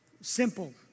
Simple